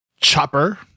Chopper